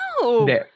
No